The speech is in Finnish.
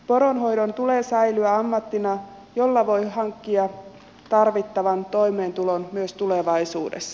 poronhoidon tulee säilyä ammattina jolla voi hankkia tarvittavan toimeentulon myös tulevaisuudessa